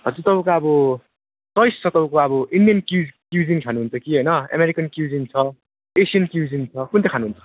हजुर तपाईँको अब च्वाइस छ तपाईँको अब इन्डियन क्युजिन खानुहुन्छ कि अमेरिकन क्युजिन छ एसियन क्युजिन छ कुन चाहिँ खानुहुन्छ